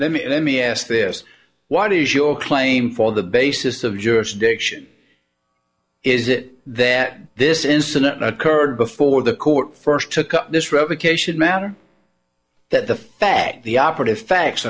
let me let me ask this why does your claim fall the basis of jewish diction is it that this incident occurred before the court first took up this revocation matter that the fact the operative facts